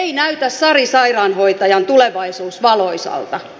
ei näytä sari sairaanhoitajan tulevaisuus valoisalta